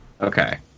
Okay